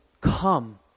come